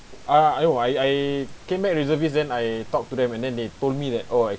uh oh I I came back reservist then I talk to them and then they told me that oh